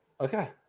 Okay